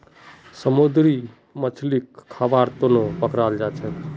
समुंदरी मछलीक खाबार तनौ पकड़ाल जाछेक